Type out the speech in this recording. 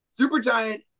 Supergiant